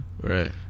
right